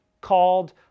called